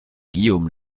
guillaume